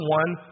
one